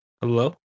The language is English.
Hello